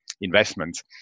investments